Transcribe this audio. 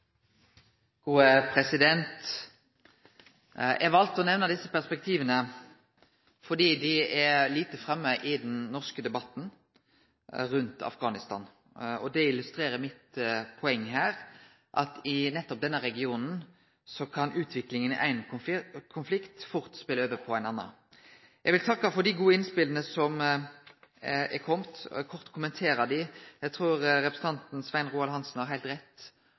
lite framme i den norske debatten rundt Afghanistan. Det illustrerer mitt poeng her, at i nettopp denne regionen kan utviklinga i ein konflikt fort spele over på ein annan. Eg vil takke for dei gode innspela som har kome og vil kort kommentere dei. Eg trur representanten Svein Roald Hansen har heilt rett